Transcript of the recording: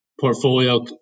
portfolio